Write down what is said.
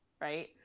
right